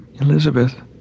Elizabeth